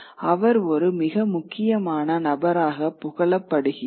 அவர் ஒரு மிக முக்கியமான நபராக புகழப்படுகிறார்